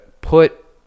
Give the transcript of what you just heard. put